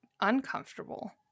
uncomfortable